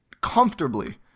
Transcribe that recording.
comfortably